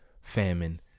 famine